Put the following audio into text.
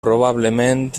probablement